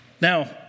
Now